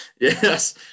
Yes